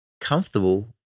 comfortable